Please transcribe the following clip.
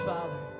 Father